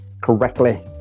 correctly